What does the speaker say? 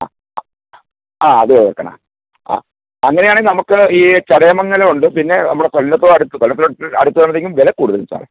ആ ആ ആ ആ അത് കേൾക്കണോ ആ അങ്ങനെയാണെൽ നമുക്ക് ഈ ചടയമംഗലമുണ്ട് പിന്നെ നമ്മുടെ കൊല്ലത്തോ അടുത്ത് കൊല്ലത്തിൻ്റെ അടുത്ത് അടുത്ത് വരമ്പത്തേക്കും വില കൂടും സാറെ